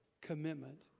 commitment